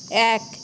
এক